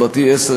10,